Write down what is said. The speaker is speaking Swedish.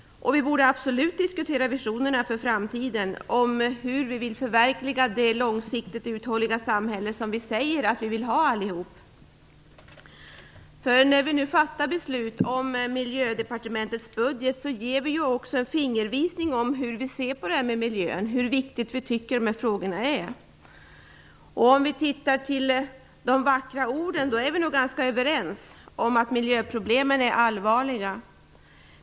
Vi borde absolut diskutera visionerna för framtiden, hur vi vill förverkliga det långsiktigt uthålliga samhälle som vi allihop säger att vi vill ha. När vi nu fattar beslut om Miljödepartementets budget ger vi också en fingervisning om hur vi ser på miljön, hur viktiga vi tycker de frågorna är. Om vi ser till de vackra orden är vi nog överens om att miljöproblemen är allvarliga.